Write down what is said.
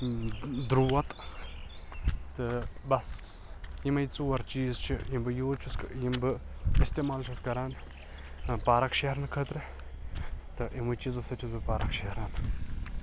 درٛوت تہٕ بَس یِمے ژور چیٖز چھِ یِم بہٕ یوٗز چھُس یِم بہٕ اِستعمال چھُس کَران پارَک شیرنہٕ خٲطرٕ تہٕ یِموٕے چیٖزَو سۭتۍ چھُس بہٕ پارَک شیران